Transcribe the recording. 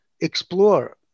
explore